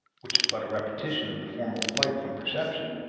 which is but a repetition of the former flight from perception,